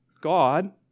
God